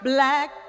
Black